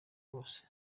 bose